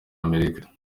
amerika